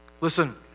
Listen